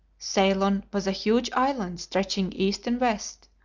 ceylon was a huge island stretching east and west,